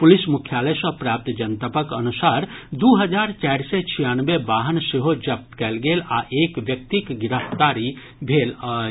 police मुख्यालय सँ प्राप्त जनतबक अनुसार दू हजार चारि सय छियानवे वाहन सेहो जब्त कयल गेल आ एक व्यक्तिक गिरफ्तारी भेल अछि